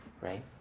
right